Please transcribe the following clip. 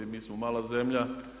Mi smo mala zemlja.